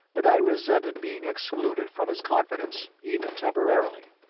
but i resented being excluded from his confidence, even temporarily.